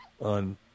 on